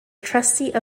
trustee